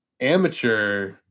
amateur